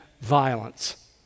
violence